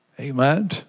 Amen